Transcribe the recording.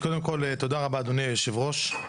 תודה רבה, אדוני היושב-ראש.